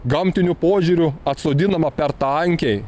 gamtiniu požiūriu atsodinama per tankiai